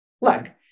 leg